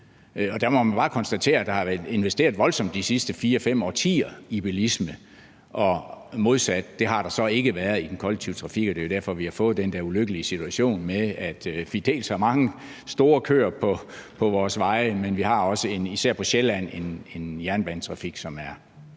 der i de sidste fire-fem årtier har været investeret voldsomt i bilisme, og at der så modsat ikke har været det i den kollektive trafik, og det er jo derfor, vi har fået den der ulykkelige situation med, at vi dels har mange store køer på vores veje, men at vi især også på Sjælland har en jernbanetrafik, som vel